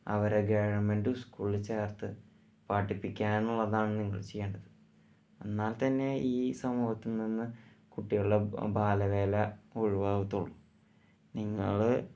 അവരെ ഗവണ്മെന്റ് സ്കൂളില് ചേര്ത്ത് പഠിപ്പിക്കാന്നുള്ളതാണ് നിങ്ങൾ ചെയ്യേണ്ടേത് എന്നാൽ തന്നെ ഈ സമൂഹത്തില് നിന്ന് കുട്ടികളുടെ ബാലവേല ഒഴിവാവത്തൊള്ളൂ നിങ്ങൾ